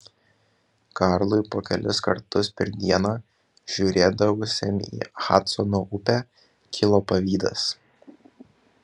karlui po kelis kartus per dieną žiūrėdavusiam į hadsono upę kilo pavydas